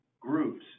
groups